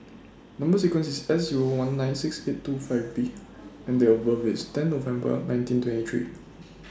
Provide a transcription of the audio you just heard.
Number sequence IS Szero one nine six eight two five B and Date of birth IS ten November nineteen twenty three